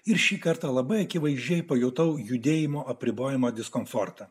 ir šį kartą labai akivaizdžiai pajutau judėjimo apribojimą diskomfortą